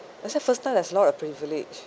I said first time there's a lot of privilege